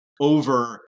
over